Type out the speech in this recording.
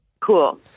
Cool